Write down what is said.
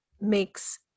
makes